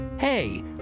Hey